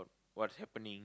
what's happening